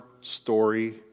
story